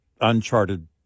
uncharted